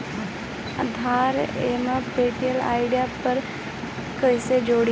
आधार NPCI portal पर कईसे जोड़ी?